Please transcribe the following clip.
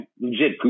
legit